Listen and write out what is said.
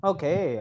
Okay